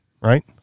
right